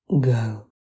go